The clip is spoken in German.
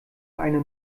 eine